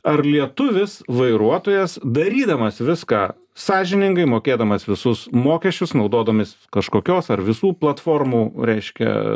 ar lietuvis vairuotojas darydamas viską sąžiningai mokėdamas visus mokesčius naudodamas kažkokios ar visų platformų reiškia